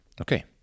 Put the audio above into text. Okay